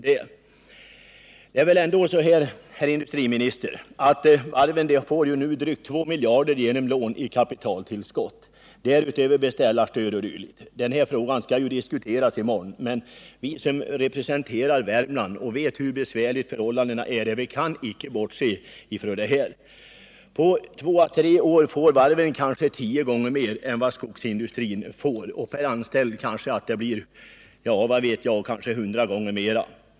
Det är väl ändå så, herr industriminister, att varven nu får drygt 2 miljarder kronor genom lån i kapitaltillskott samt därutöver beställarstöd o. d. Denna fråga skall diskuteras i morgon, men vi som representerar Värmland och vet hur besvärliga förhållandena där är kan icke bortse från detta. På två å tre år får varven alltså tio gånger mer i bidrag än vad skogsindustrin får, och per anställd blir det — ja, vad vet jag? — kanske hundra gånger mera.